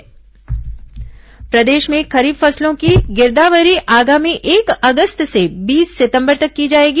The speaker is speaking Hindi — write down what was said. खरीफ फसल गिरदावरी प्रदेश में खरीफ फसलों की गिरदावरी आगामी एक अगस्त से बीस सितंबर तक की जाएगी